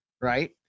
right